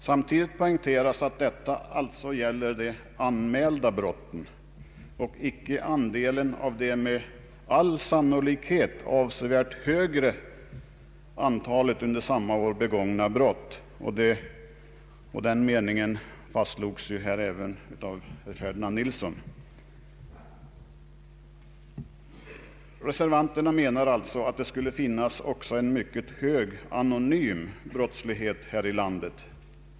Samtidigt poängteras att det här bara är fråga om de anmälda brotten och icke andelen av det med all sannolikhet avsevärt högre antalet under samma år begångna brott. Det påpekandet gjordes ju också av herr Ferdinand Nilsson. Reservanterna menar alltså att det skulle finnas också en mycket hög anonym brottslighet här i landet.